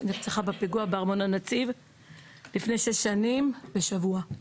שנרצחה בפיגוע בארמון הנציב לפני שש שנים ושבוע.